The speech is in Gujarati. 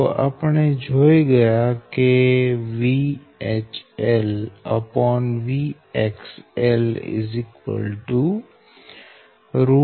તો આપણે જોઈ ગયા કે VHLVXL3